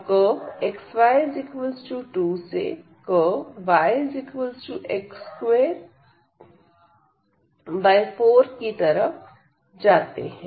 हम कर्व xy2से curve yx24 की तरफ जाते हैं